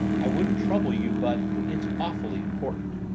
i wouldn't trouble you but it's awfully important.